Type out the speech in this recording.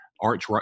arch